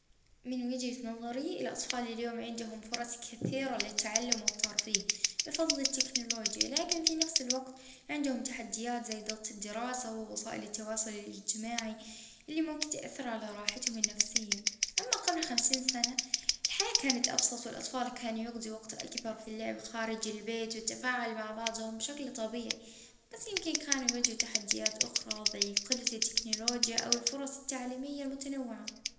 اه كانوا أكتر سعادة جبل خمسين عام فوجتنا الحالي عندهم أكتر تكنولوجيا ورفاهية أما الضغط والقلق زاد.